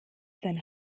sein